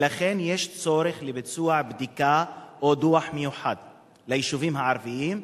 ולכן יש צורך לבצע בדיקה או דוח מיוחד ליישובים הערביים,